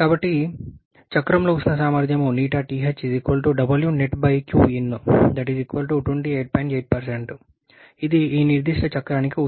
కాబట్టి చక్రం లో ఉష్ణ సామర్థ్యం ఇది ఈ నిర్దిష్ట చక్రానికి ఉష్ణ సామర్థ్యం